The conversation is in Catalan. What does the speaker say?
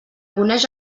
coneix